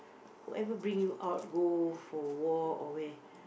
whoever bring you out go for walk or where